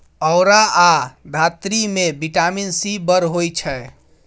औरा या धातृ मे बिटामिन सी बड़ होइ छै